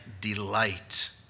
delight